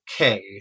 okay